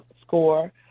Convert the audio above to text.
score